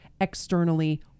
externally